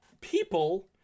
people